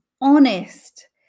honest